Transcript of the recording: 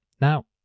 Now